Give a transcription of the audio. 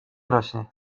rośnie